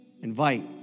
invite